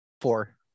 Four